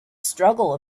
struggle